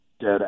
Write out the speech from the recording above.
dead